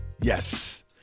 Yes